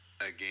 again